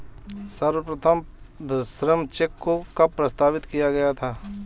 सर्वप्रथम श्रम चेक को कब प्रस्तावित किया गया था?